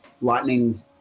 lightning